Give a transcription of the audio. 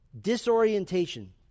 Disorientation